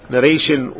Narration